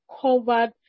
covered